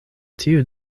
tiu